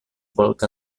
bolca